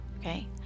okay